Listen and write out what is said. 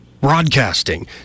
Broadcasting